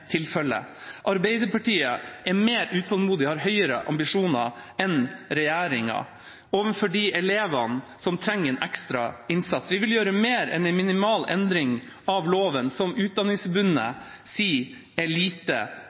tilfellet: Arbeiderpartiet er mer utålmodig og har høyere ambisjoner enn regjeringa for de elevene som trenger en ekstra innsats. Vi vil gjøre mer enn en minimal endring av loven, som Utdanningsforbundet sier er lite